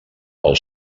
pel